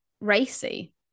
racy